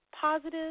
positive